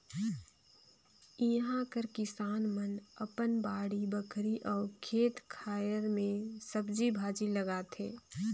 इहां कर किसान मन अपन बाड़ी बखरी अउ खेत खाएर में सब्जी भाजी लगाथें